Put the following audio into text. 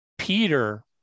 Peter